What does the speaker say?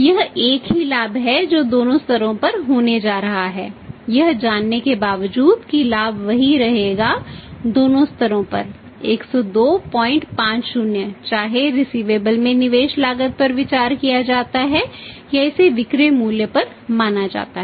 यह एक ही लाभ है जो दोनों स्तरों पर होने जा रहे हैं यह जानने के बावजूद कि लाभ वही रहेगा दोनों स्तरों पर 10250 चाहे रिसिवेबल में निवेश लागत पर विचार किया जाता है या इसे विक्रय मूल्य पर माना जाता है